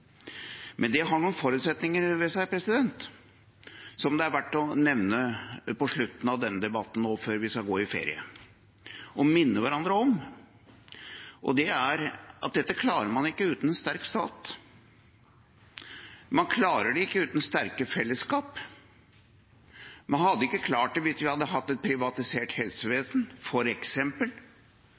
det har noen forutsetninger ved seg som det er verdt å nevne på slutten av denne debatten, før vi skal gå ut i ferie, og minne hverandre om, og det er at dette klarer man ikke uten en sterk stat. Man klarer det ikke uten sterke fellesskap. Man hadde ikke klart det hvis man f.eks. hadde hatt et privatisert helsevesen.